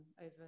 over